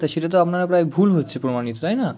তো সেটা তো আপনারা প্রায় ভুল হচ্ছে প্রমাণিত তাই না